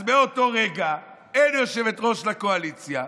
אז מאותו רגע אין יושבת-ראש לקואליציה,